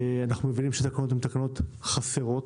אנחנו מבינים שאלה תקנות חסרות.